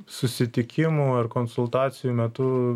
susitikimų ar konsultacijų metu